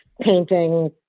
Painting